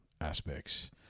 aspects